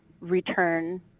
return